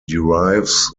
derives